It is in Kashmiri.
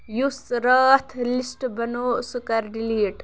یُس راتھ لِسٹ بنوو سُہ کَر ڈِلیٖٹ